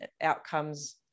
outcomes